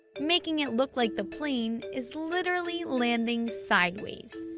making it look like the plane is literally landing sideways.